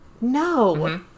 No